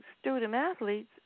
student-athletes